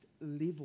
level